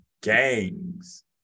gangs